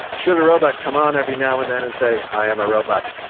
should a robot come on every now and then and say i am a robot,